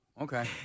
Okay